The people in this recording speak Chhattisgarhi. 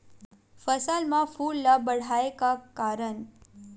फसल म फूल ल बढ़ाय का करन?